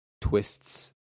twists